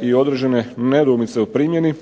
i određene nedoumice u primjeni,